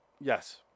Yes